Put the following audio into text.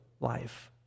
life